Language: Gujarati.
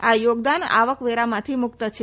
આ યોગદાન આવકવેરામાંથી મુકત છે